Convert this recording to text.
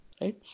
right